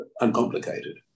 uncomplicated